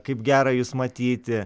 kaip gera jus matyti